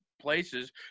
Places